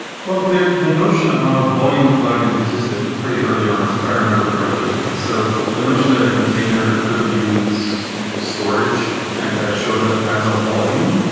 the the notion of volume plug-ins existed pretty early on as if i remember correctly. so the notion that a container could use storage, and that shows up as a volume,